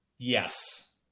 Yes